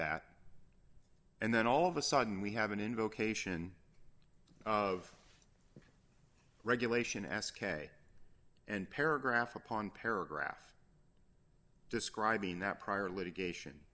that and then all of a sudden we have an invocation of regulation ask a and paragraph upon paragraph describing that prior litigation